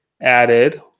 added